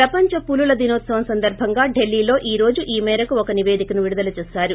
ప్రపంచ పులలు దినోత్సవం సందర్బంగా ఢిల్లీలో ఈ రోజు ఈ మేరకు ఒక నిపేదికను విడుదల చేశారు